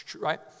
Right